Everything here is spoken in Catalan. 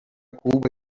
cuba